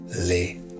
lay